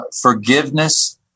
Forgiveness